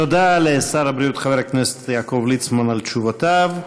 תודה לשר הבריאות חבר הכנסת יעקב ליצמן על תשובותיו.